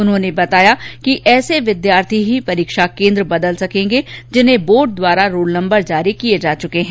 उन्होंने बताया कि ऐसे विद्यार्थी ही परीक्षा केंद्र बदल सकेंगेजिन्हें बोर्ड द्वारा रोल नंबर जारी किए जा चुके हैं